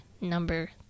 number